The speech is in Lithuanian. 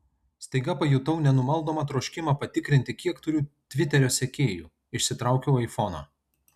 staiga pajutau nenumaldomą troškimą patikrinti kiek turiu tviterio sekėjų išsitraukiau aifoną